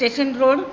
station road